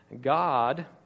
God